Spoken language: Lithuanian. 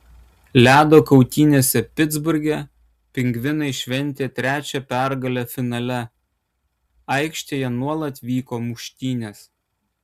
ledo kautynėse pitsburge pingvinai šventė trečią pergalę finale aikštėje nuolat vyko muštynės